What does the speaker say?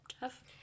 Jeff